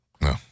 No